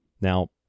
Now